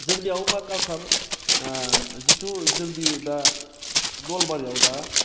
जोंनियाव मा काल्सार जिथु जोंनि दा नलबारियाव दा